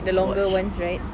the longer ones right